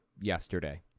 yesterday